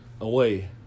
away